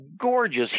gorgeous